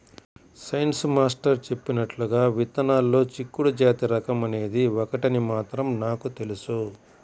science master చెప్పినట్లుగా విత్తనాల్లో చిక్కుడు జాతి రకం అనేది ఒకటని మాత్రం నాకు తెలుసు